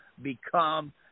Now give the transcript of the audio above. become